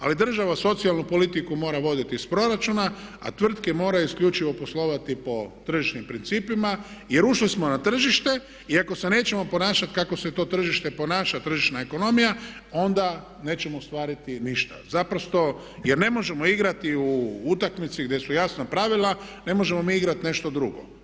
Ali država socijalnu politiku mora voditi iz proračuna a tvrtke moraju isključivo poslovati po tržišnim principima jer ušli smo na tržište i ako se nećemo ponašati kako se to tržište ponaša, tržišna ekonomija onda nećemo ostvariti ništa naprosto jer ne možemo igrati u utakmici gdje su jasna pravila, ne možemo mi igrati nešto drugo.